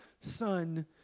son